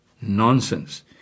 nonsense